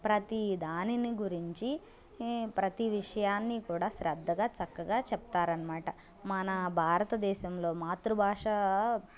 ప్రతిదానిని గురించి ప్రతీ విషయాన్ని కూడా శ్రద్దగా చక్కగా చెప్తారు అన్నమాట మన భారతదేశంలో మాతృభాష